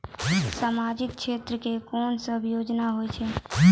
समाजिक क्षेत्र के कोन सब योजना होय छै?